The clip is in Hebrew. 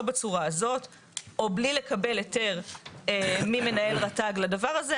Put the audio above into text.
בצורה הזאת או בלי לקבל היתר ממנהל רת"ג לדבר הזה,